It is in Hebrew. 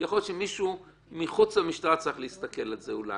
יכול להיות שמישהו מחוץ למשטרה צריך להסתכל על זה אולי,